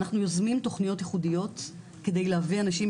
אנחנו יוזמים תכניות ייחודיות כדי להביא אנשים.